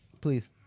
Please